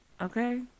Okay